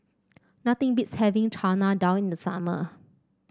nothing beats having Chana Dal in the summer